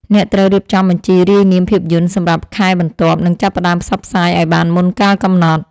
អ្នកត្រូវរៀបចំបញ្ជីរាយនាមភាពយន្តសម្រាប់ខែបន្ទាប់ និងចាប់ផ្ដើមផ្សព្វផ្សាយឱ្យបានមុនកាលកំណត់។